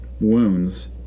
wounds